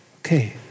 Okay